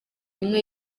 imwe